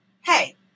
hey